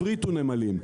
הפריטו נמלים.